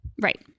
Right